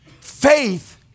Faith